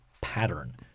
pattern